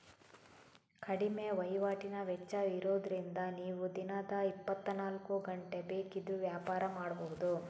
ಕಡಿಮೆ ವೈವಾಟಿನ ವೆಚ್ಚ ಇರುದ್ರಿಂದ ನೀವು ದಿನದ ಇಪ್ಪತ್ತನಾಲ್ಕು ಗಂಟೆ ಬೇಕಿದ್ರೂ ವ್ಯಾಪಾರ ಮಾಡ್ಬಹುದು